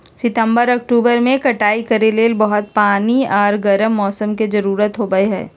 सितंबर, अक्टूबर में कटाई करे ले बहुत पानी आर गर्म मौसम के जरुरत होबय हइ